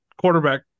quarterback